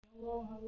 hello